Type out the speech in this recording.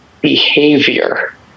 behavior